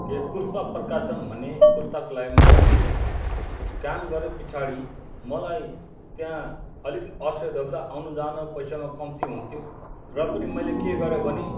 के पुष्प प्रकाशन भन्ने पुस्तकालयमा काम गर्थेँ काम गऱ्यो पछाडी मलाई त्यहाँ अलिक असुविधा आउनु जानु पैसामा कम्ती हुन्थ्यो र पनि मैले के गरेँ भने